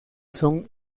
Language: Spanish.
son